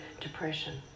depression